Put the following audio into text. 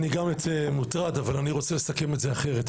אני גם יוצא מוטרד אבל אני רוצה לסכם את זה אחרת,